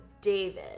David